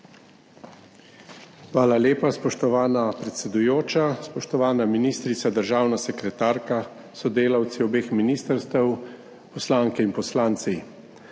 Hvala lepa, spoštovana predsedujoča. Spoštovana ministrica, državna sekretarka, sodelavci obeh ministrstev, poslanke in poslanci!